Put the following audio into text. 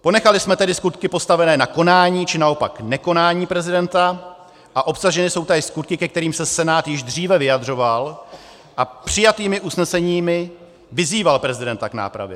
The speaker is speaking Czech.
Ponechali jsme tedy skutky postavené na konání, či naopak nekonání prezidenta a obsažené jsou též skutky, ke kterým se Senát již dříve vyjadřoval a přijatými usneseními vyzýval prezidenta k nápravě.